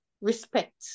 respect